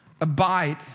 abide